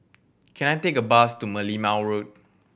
can I take a bus to Merlimau Road